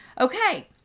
Okay